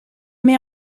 met